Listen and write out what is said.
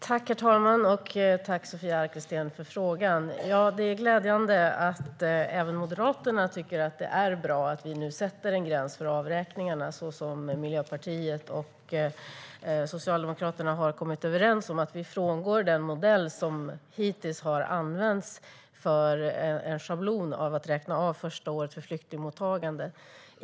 Herr talman! Jag tackar Sofia Arkelsten för frågan. Det är glädjande att även Moderaterna tycker att det är bra att vi nu sätter en gräns för avräkningarna. Miljöpartiet och Socialdemokraterna har kommit överens om att frångå den modell som hittills har använts, med en schablon för att räkna av första året för flyktingmottagandet.